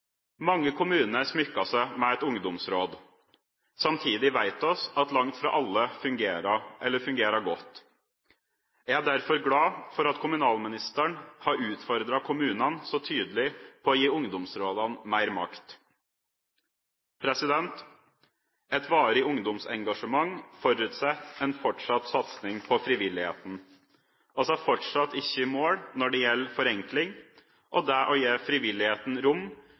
Mange kommuner smykker seg med et ungdomsråd. Samtidig vet vi at langt fra alle fungerer godt. Jeg er derfor glad for at kommunalministeren har utfordret kommunene så tydelig til å gi ungdomsrådene mer makt. Et varig ungdomsengasjement forutsetter en fortsatt satsing på frivilligheten. Vi er fortsatt ikke i mål når det gjelder forenkling og det å gi frivilligheten rom